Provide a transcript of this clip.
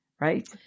Right